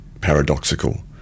paradoxical